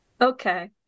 Okay